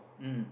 mm